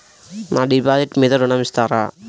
నా డిపాజిట్ మీద ఋణం ఇస్తారా?